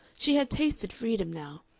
she had tasted freedom now,